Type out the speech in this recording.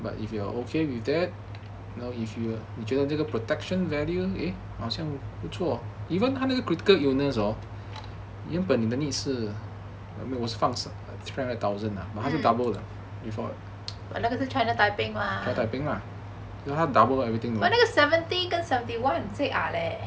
but then 那个是 china taiping mah